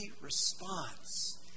response